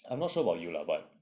I'm not sure about you lah but